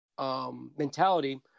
mentality